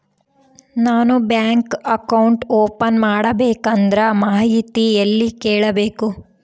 ನಾನು bank account open ಮಾಡಬೇಕಂದ್ರ ಮಾಹಿತಿ ಎಲ್ಲಿ ಕೇಳಬೇಕು?